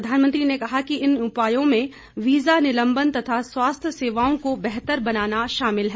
प्रधानमंत्री ने कहा कि इन उपायों में वीजा निलंबन तथा स्वास्थ्य सेवाओं को बेहतर बनाना शामिल है